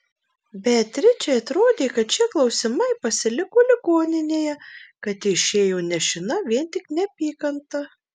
beatričei atrodė kad šie klausimai pasiliko ligoninėje kad ji išėjo nešina vien tik neapykanta